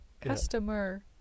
customer